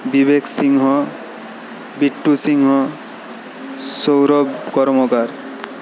Vivek Singh Bittu Singh Sourav Karmakar